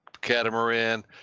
catamaran